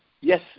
yes